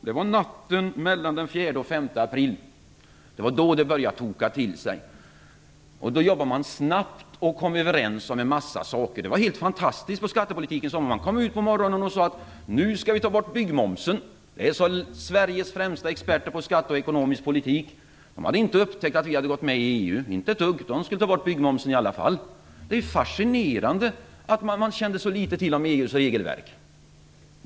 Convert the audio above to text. Det var natten mellan den 4 och 5 april som det började toka till sig. Man jobbade snabbt och kom överens om en massa saker. Det var helt fantastiskt på skattepolitikens område. Man kom ut på morgonen och sade att byggmomsen skulle tas bort. Det sade Sveriges främsta experter på skattepolitik och ekonomisk politik. De hade inte upptäckt att vi hade gått med i EU. Inte ett dugg! De skulle ta bort byggmomsen i alla fall. Det är fascinerande att man kände till så litet om EU:s regelverk.